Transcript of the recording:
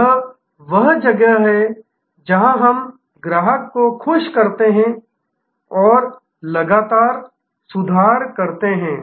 यह वह जगह है जहां हम ग्राहक को खुश करते हैं और लगातार सुधार करते हैं